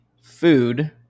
food